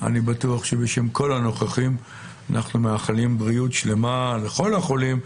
אני בטוח שבשם כל הנוכחים אנחנו מאחלים בריאות שלמה לכל החולים,